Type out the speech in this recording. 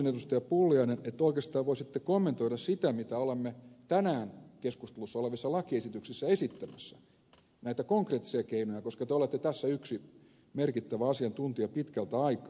pulliainen että oikeastaan voisitte kommentoida sitä mitä olemme tänään keskustelussa olevissa lakiesityksissä esittämässä näitä konkreettisia keinoja koska te olette tässä yksi merkittävä asiantuntija pitkältä aikaa